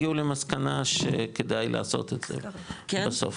הגיעו למסקנה שכדאי לעשות את זה בסוף.